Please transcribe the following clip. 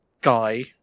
guy